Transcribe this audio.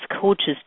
coaches